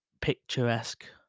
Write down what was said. picturesque